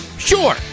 Sure